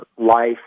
life